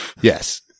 Yes